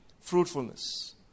Fruitfulness